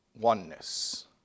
Oneness